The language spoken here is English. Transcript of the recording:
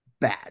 bad